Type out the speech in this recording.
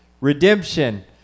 redemption